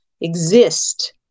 exist